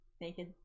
naked